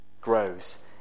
grows